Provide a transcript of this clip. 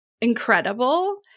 incredible